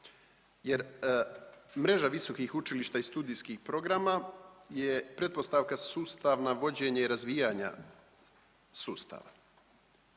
jer mreža visokih učilišta i studijskih programa je pretpostavka sustava vođenja i razvijanja sustava.